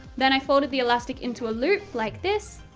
then i folded the elastic into a loop like this,